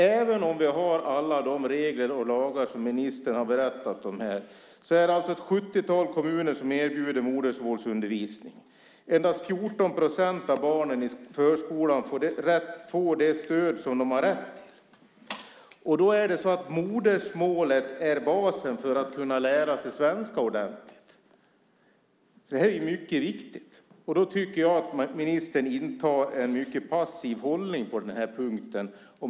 Även om vi har alla de regler och lagar som ministern har berättat om här är det alltså ett sjuttiotal kommuner som erbjuder modersmålsundervisning. Endast 14 procent av barnen i förskolan får det stöd som de har rätt till. Modersmålet är basen för att kunna lära sig svenska ordentligt. Det är mycket viktigt. Jag tycker att ministern intar en mycket passiv hållning på den här punkten.